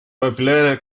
populaire